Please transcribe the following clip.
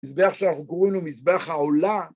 מזבח שאנחנו קוראים לו מזבח העולה.